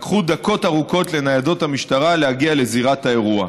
לקח דקות ארוכות לניידות המשטרה להגיע לזירת האירוע.